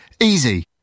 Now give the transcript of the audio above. easy